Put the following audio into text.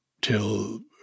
till